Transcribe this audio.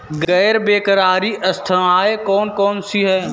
गैर बैंककारी संस्थाएँ कौन कौन सी हैं?